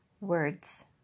words